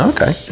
Okay